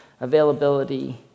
availability